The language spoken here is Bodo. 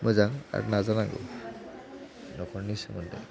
मोजां आरो नाजानांगौ न'खरनि सोमोन्दै